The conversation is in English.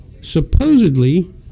supposedly